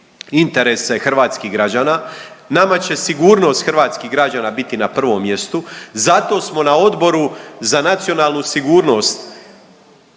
interese hrvatskih građana, nama će sigurnost hrvatskih građana biti na prvom mjestu, zato smo na Odboru za nacionalnu sigurnost